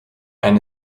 eine